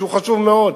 שהוא חשוב מאוד,